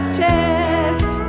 test